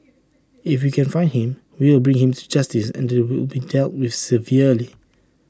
if we can find him we will bring him to justice and he will be dealt with severely